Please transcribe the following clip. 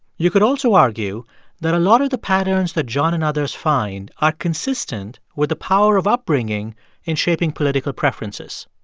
you could also argue that a lot of the patterns that john and others find are consistent with the power of upbringing in shaping political preferences.